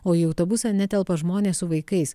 o į autobusą netelpa žmonės su vaikais